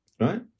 Right